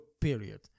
period